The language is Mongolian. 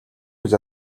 гэж